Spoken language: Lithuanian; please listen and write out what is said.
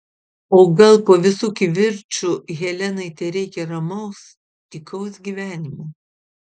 o gal po visų kivirčų helenai tereikia ramaus tykaus gyvenimo